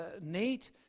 Nate